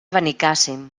benicàssim